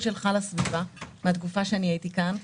שלך לסביבה מן התקופה שאני הייתי כאן.